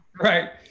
Right